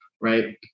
right